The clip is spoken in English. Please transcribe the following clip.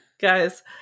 guys